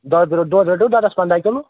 دۄد رو دۄد روٚتوٕ دۄدس پنٛدہ کِلوٗ